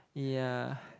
ya